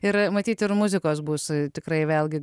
ir matyt ir muzikos bus tikrai vėlgi